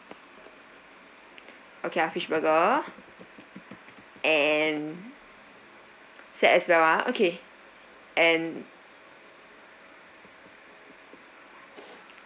okay our fish burger and set as well ah okay and